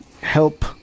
help